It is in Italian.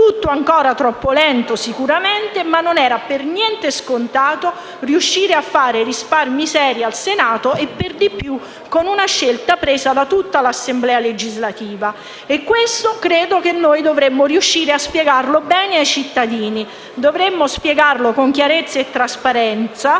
Tutto ancora troppo lento, sicuramente, ma non era per niente scontato riuscire a fare risparmi seri al Senato e per di più con una scelta presa da tutta l'Assemblea legislativa. Credo che noi dovremmo riuscire a spiegare bene tutto questo ai cittadini, dovremmo spiegarlo con chiarezza e trasparenza